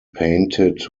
painted